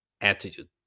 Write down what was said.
attitude